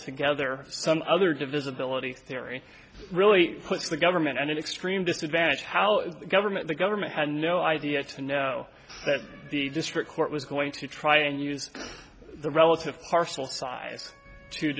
together some other divisibility theory really put to the government and an extreme disadvantage how government the government had no idea to know that the district court was going to try and use the relative partial size to